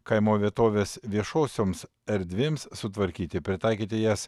kaimo vietovės viešosioms erdvėms sutvarkyti pritaikyti jas